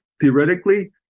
theoretically